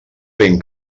ben